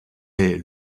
est